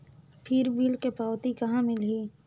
फिर बिल के पावती कहा मिलही?